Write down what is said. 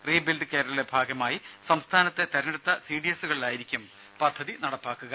rebuild കേരളയുടെ ഭാഗമായി സംസ്ഥാനത്തെ തിരഞ്ഞെടുത്ത സിഡിഎസുകളിലായിരിക്കും പദ്ധതി നടപ്പാക്കുക